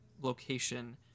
location